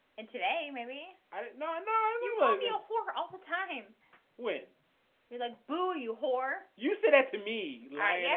and today maybe you know um ah and um yeah whore whore all the time when you're like boo you whore you say that to me like yeah